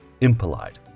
impolite